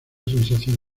sensación